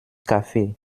kaffee